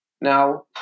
Now